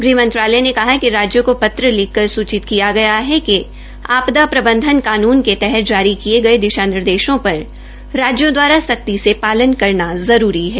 गृहमंत्रालय ने कहा कि राज्यों को पत्र लिखकर सूचित किया गया है कि आपदा प्रबंधन कानून के तहत जारी किये गये प्रबधन निदेशों पर राज्यों दवारा सख्ती से पालन करना जरूरी है